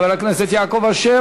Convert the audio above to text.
חבר הכנסת יעקב אשר,